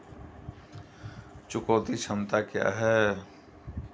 चुकौती क्षमता क्या है?